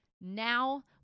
Now